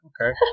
okay